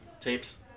tapes